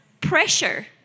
Pressure